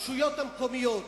הרשויות המקומיות,